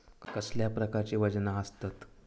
कसल्या प्रकारची वजना आसतत?